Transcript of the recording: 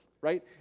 right